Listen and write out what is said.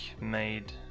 made